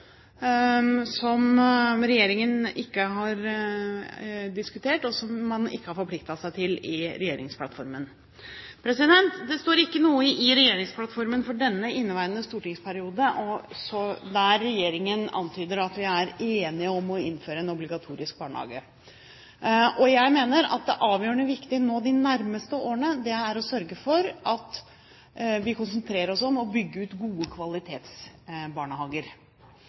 som regjeringen ikke har diskutert, og som man ikke har forpliktet seg til i regjeringsplattformen. Det står ikke noe i regjeringsplattformen for inneværende stortingsperiode der regjeringen antyder at vi er enige om å innføre en obligatorisk barnehage. Jeg mener at det avgjørende viktige nå de nærmeste årene, er å sørge for at vi konsentrerer oss om å bygge ut gode kvalitetsbarnehager.